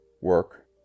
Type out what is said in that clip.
work